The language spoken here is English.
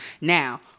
Now